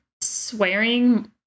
swearing